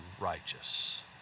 righteous